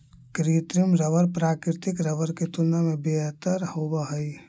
कृत्रिम रबर प्राकृतिक रबर के तुलना में बेहतर होवऽ हई